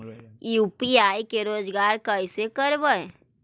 UPI से रोजगार कैसे करबय?